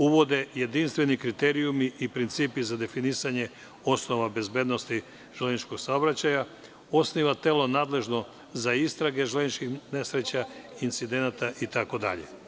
Uvode se jedinstveni kriterijumi i principi za definisanje osnova bezbednosti železničkog saobraćaja, osniva se telo nadležno za istrage železničkih nesreća, incidenata, itd.